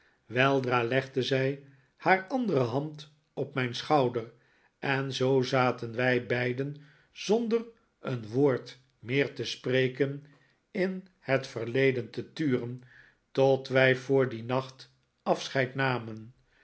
weldra legde zij haar andere hand op mijn schouder en zoo zaten wij beiden zonder een woord meer te spreken in het verleden te turen tot wij voor dien nacht afscheid namen